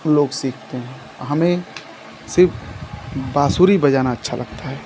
लोग सीखते हैं हमें सिर्फ बांसुरी बजाना अच्छा लगता है